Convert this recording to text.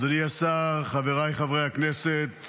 אדוני השר, חבריי חברי הכנסת,